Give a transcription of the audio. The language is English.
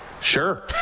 sure